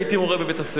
הייתי מורה בבית-הספר.